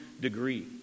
degree